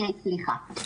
סליחה.